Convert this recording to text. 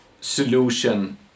solution